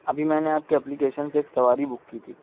ابھی میں نے آپ کے اپلیکیشن سے ایک سواری بک کی تھی